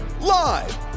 live